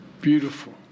beautiful